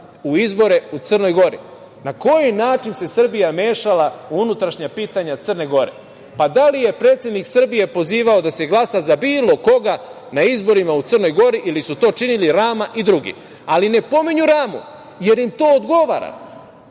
u izbore u Crnoj Gori. Na koji način se Srbija mešala u unutrašnja pitanja Crne Gore? Pa, da li je predsednik Srbije pozivao da se glasa za bilo koga na izborima u Crnoj Gori ili su to činili Rama i drugi? Ali, ne pominju Ramu, jel im to odgovara.